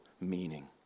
meaning